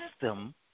system